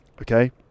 Okay